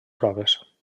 proves